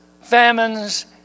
famines